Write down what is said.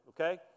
okay